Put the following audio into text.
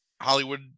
Hollywood